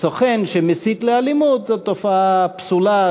סוכן שמסית לאלימות זאת תופעה פסולה,